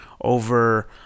over